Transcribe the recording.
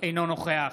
אינו נוכח